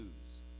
news